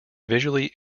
visually